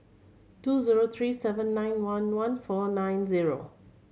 two zero three seven nine one one four nine zero